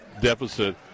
deficit